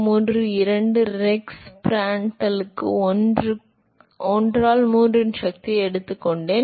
332 Rex ப்ராண்ட்டல் க்கு 1 ஆல் 3 இன் சக்தியை எடுத்துக்கொண்டேன்